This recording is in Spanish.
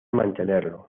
mantenerlo